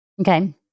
Okay